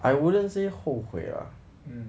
I wouldn't say 后悔 lah